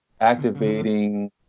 activating